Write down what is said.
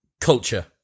culture